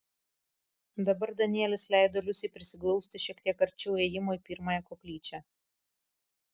dabar danielis leido liusei prisiglausti šiek tiek arčiau įėjimo į pirmąją koplyčią